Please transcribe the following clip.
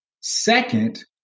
Second